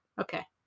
okay